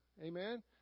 amen